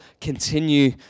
continue